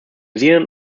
zealand